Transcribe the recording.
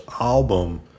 album